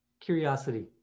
Curiosity